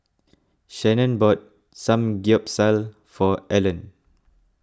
Shannon bought Samgyeopsal for Alan